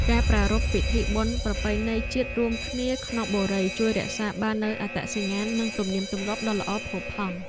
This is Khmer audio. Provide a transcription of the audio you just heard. ការប្រារព្ធពិធីបុណ្យប្រពៃណីជាតិរួមគ្នាក្នុងបុរីជួយរក្សាបាននូវអត្តសញ្ញាណនិងទំនៀមទម្លាប់ដ៏ល្អផូរផង់។